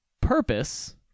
purpose